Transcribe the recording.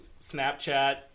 Snapchat